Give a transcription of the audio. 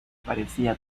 parecía